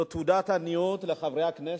זו תעודת עניות לחברי הכנסת,